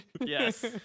Yes